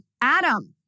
Adam